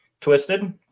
twisted